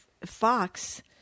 Fox